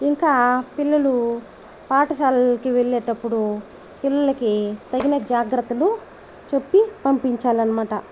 ఇంకా పిల్లలు పాఠశాలకి వెళ్ళేటప్పుడు పిల్లలకి తగిన జాగ్రత్తలు చెప్పి పంపించాలన్నమాట